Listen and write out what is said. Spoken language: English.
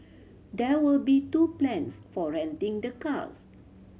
there will be two plans for renting the cars